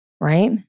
right